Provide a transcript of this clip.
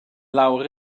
lawr